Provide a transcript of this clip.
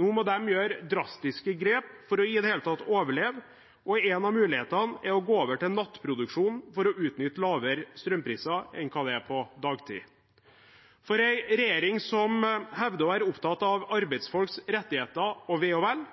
Nå må de gjøre drastiske grep for i det hele tatt å overleve, og en av mulighetene er å gå over til nattproduksjon for å utnytte strømpriser som er lavere enn de er på dagtid. For en regjering som hevder å være opptatt av arbeidsfolks rettigheter og ve og vel,